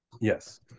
Yes